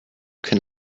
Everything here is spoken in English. can